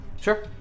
Sure